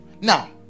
Now